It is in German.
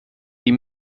die